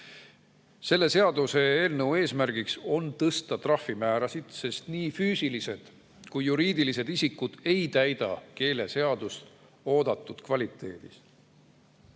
Selle seaduseelnõu eesmärgiks on tõsta trahvimäärasid, sest nii füüsilised kui juriidilised isikud ei täida keeleseadust oodatud kvaliteediga.